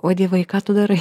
o dievai ką tu darai